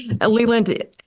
Leland